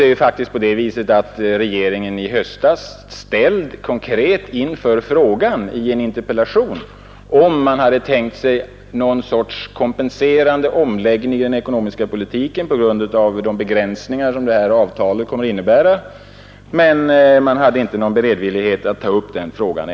Det är faktiskt så att regeringen i höstas ställdes inför den konkreta frågan i en interpellation, om man hade tänkt sig någon kompenserande omläggning i den ekonomiska politiken på grund av de begränsningar som avtalet kommer att innebära, men regeringen visade då ingen beredvillighet att ta upp den frågan.